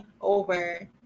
over